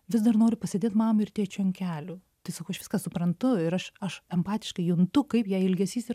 vis dar noriu pasėdėt mamai ir tėčiui ant kelių tai sakau aš viską suprantu ir aš aš empatiškai juntu kaip ją ilgesys ir